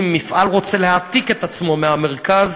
אם מפעל רוצה להעתיק את עצמו מהמרכז,